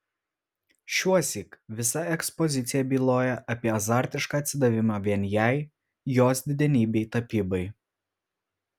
šiuosyk visa ekspozicija byloja apie azartišką atsidavimą vien jai jos didenybei tapybai